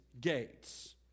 Gates